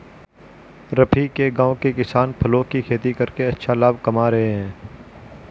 रफी के गांव के किसान फलों की खेती करके अच्छा लाभ कमा रहे हैं